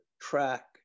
track